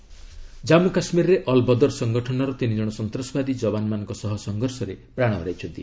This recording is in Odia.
ଜେକେ ଏନକାଉଣ୍ଟର ଜାନ୍ଧୁ କାଶ୍ମୀରରେ ଅଲ୍ ବଦର ସଂଗଠନର ତିନିଜଣ ସନ୍ତାସବାଦୀ ଯବାନମାନଙ୍କ ସହ ସଂଘର୍ଷରେ ପ୍ରାଣ ହରାଇଛନ୍ତି